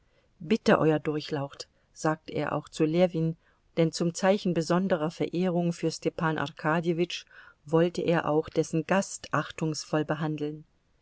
bitte euer durchlaucht sagte er auch zu ljewin denn zum zeichen besonderer verehrung für stepan arkadjewitsch wollte er auch dessen gast achtungsvoll behandeln